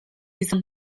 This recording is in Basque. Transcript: izan